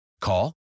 Call